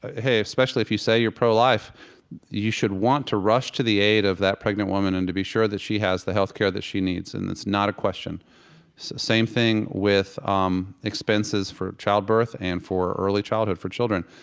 hey, especially if you say you're pro-life you should want to rush to the aid of that pregnant woman and to be sure that she has the health care that she needs. and it's not a question. so same thing with um expenses for childbirth or and for early childhood for children.